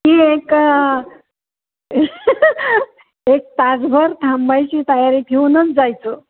की एक एक तासभर थांबायची तयारी ठेऊनच जायचं